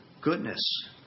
goodness